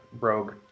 rogue